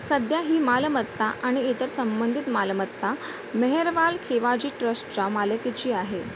सध्या ही मालमत्ता आणि इतर संबंधित मालमत्ता मेहरवाल केवाजी ट्रस्टच्या मालकीची आहे